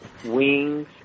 wings